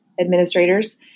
administrators